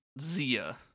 Zia